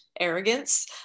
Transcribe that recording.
arrogance